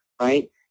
right